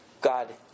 God